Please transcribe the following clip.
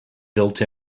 built